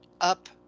up